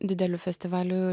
dideliu festivaliu